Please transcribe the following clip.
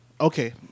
Okay